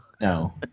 No